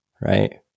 right